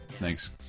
Thanks